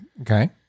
Okay